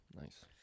Nice